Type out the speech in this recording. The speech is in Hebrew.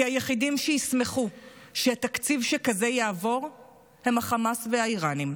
כי היחידים שישמחו שתקציב כזה יעבור הם החמאס והאיראנים,